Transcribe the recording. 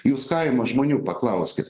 jūs kaimo žmonių paklauskit